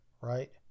Right